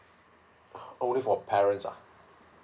only for parent ah